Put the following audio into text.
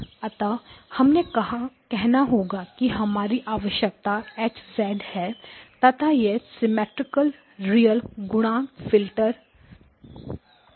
अतः हमें कहना होगा कि हमारी आवश्यकता H है तथा यह सिमेट्रिक रियल गुणांक फिल्टर होगा